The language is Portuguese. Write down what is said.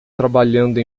trabalhando